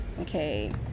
okay